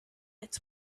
its